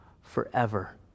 forever